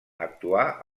actuà